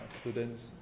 students